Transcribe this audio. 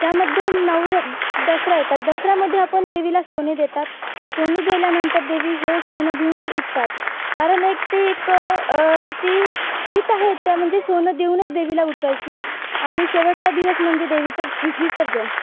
त्यामध्ये नवर दसरा येतात दसऱ्यामध्ये आपण देवीला सोने देतात सोने दिल्यानंतर देवी हे सोनं घेऊनच उठतात कारण एक ते एक ती रीत आहे त्या म्हणजे सोनं देऊनच देवीला उठवायची आणि शेवटला दिवस म्हणजे देवीचं वि विसर्जन